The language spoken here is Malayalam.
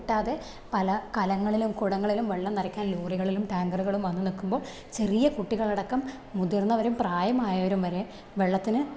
കിട്ടാതെ പല കലങ്ങളിലും കുടങ്ങളിലും വെള്ളം നിറയ്ക്കാൻ ലോറികളിലും ടാങ്കറുകളും വന്നു നില്ക്കുമ്പോൾ ചെറിയ കുട്ടികളടക്കം മുതിർന്നവരും പ്രായമായവരും വരെ വെള്ളത്തിന്